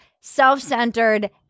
self-centered